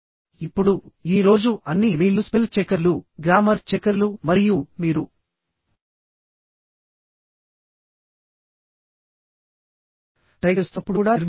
ఇప్పుడు ఈ రోజు అన్ని ఇమెయిల్లు స్పెల్ చెకర్లు గ్రామర్ చెకర్లు మరియు మీరు టైప్ చేస్తున్నప్పుడు కూడా నిర్మించబడ్డాయి